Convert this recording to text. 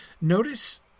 notice